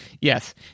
yes